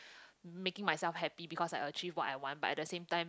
making myself happy because I achieve what I want but at the same time